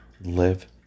live